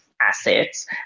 Assets